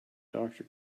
doctor